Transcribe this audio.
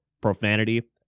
profanity